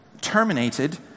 terminated